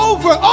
Over